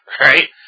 Right